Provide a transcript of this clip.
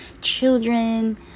children